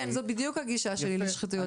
נו, באמת, זאת בדיוק הגישה שלי לשחיתויות.